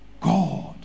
God